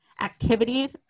activities